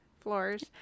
floors